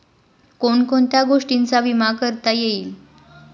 कोण कोणत्या गोष्टींचा विमा करता येईल?